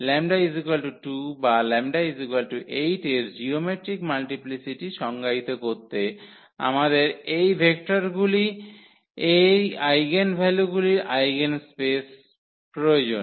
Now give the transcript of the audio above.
𝜆 2 বা 𝜆 8 এর geometric multiplicity সংজ্ঞায়িত করতে আমাদের এই ভেক্টরগুলির এই আইগেনভ্যালুগুলির আইগেন স্পেস প্রয়োজন